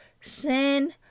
Sin